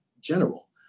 general